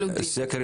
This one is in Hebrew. הסקר.